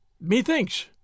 Methinks